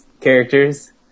characters